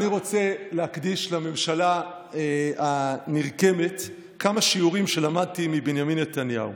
אני רוצה להקדיש לממשלה הנרקמת כמה שיעורים שלמדתי מבנימין נתניהו.